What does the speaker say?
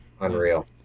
unreal